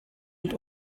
und